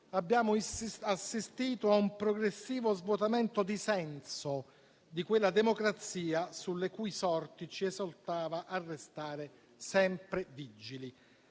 abbiamo assistito a un progressivo svuotamento di senso di quella democrazia, sulle cui sorti ci esortava a restare sempre vigili.